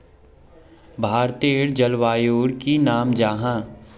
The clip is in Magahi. भारतेर जलवायुर की नाम जाहा?